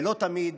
ולא תמיד